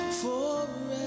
forever